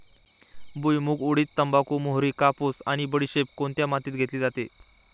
भुईमूग, उडीद, तंबाखू, मोहरी, कापूस आणि बडीशेप कोणत्या मातीत घेतली जाते?